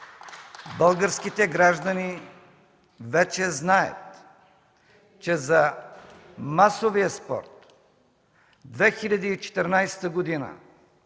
Българските граждани вече знаят, че за масовия спорт 2014 г.